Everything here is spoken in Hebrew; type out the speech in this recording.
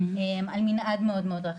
על מנעד מאוד מאוד רחב.